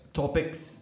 topics